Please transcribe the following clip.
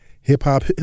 hip-hop